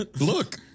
Look